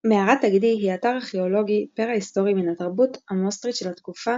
מערת הגדי היא אתר ארכאולוגי-פרהיסטורי מן התרבות המוסטרית של התקופה